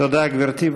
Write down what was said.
תודה, גברתי.